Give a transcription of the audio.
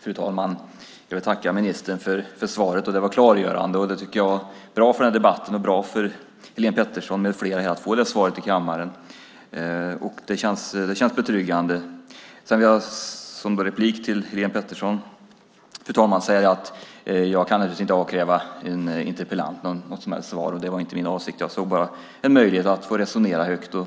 Fru talman! Jag vill tacka ministern för svaret. Det var klargörande. Jag tycker att det var bra för den här debatten och bra för Helén Pettersson med flera att få det svaret i kammaren. Det känns betryggande. Sedan vill jag, fru talman, till Helén Pettersson säga att jag naturligtvis inte kan avkräva en interpellant något som helst svar. Det var inte min avsikt. Jag såg bara en möjlighet att få resonera högt och